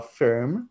firm